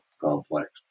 complex